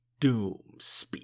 Doomspeak